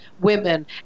women